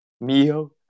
meal